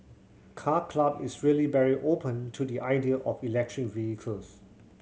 Car Club is really very open to the idea of electric vehicles